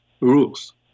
rules